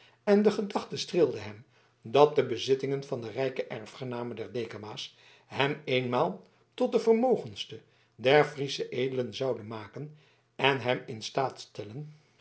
en de gedachte streelde hem dat de bezittingen van de rijke erfgename der dekama's hem eenmaal tot den vermogendsten der friesche edelen zouden maken en hem in staat stellen